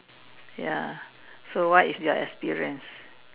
ya so what is your experience